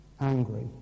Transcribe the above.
angry